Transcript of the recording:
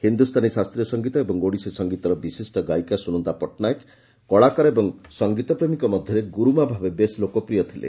ହିଦୁସ୍ତାନୀ ଶାସ୍ତୀୟ ସଂଗୀତ ଏବଂ ଓଡ଼ିଶୀ ସଂଗୀତର ବିଶିଷ୍ ଗାୟିକା ସ୍ବନନ୍ଦା ପଟ୍ଟନାୟକ କଳାକାର ଓ ସଂଗୀତ ପ୍ରେମୀଙ୍କ ମଧ୍ଧରେ ଗୁରୁମା' ଭାବେ ବେଶ୍ ଲୋକପ୍ରିୟ ଥିଲେ